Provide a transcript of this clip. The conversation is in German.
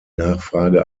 nachfrage